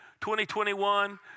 2021